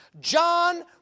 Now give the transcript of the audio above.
John